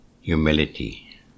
humility